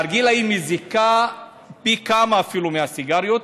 הנרגילה מזיקה פי כמה מהסיגריות.